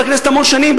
אני חבר כנסת המון שנים,